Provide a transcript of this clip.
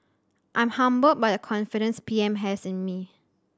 I'm humbled by the confidence P M has in me